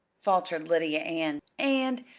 faltered lydia ann and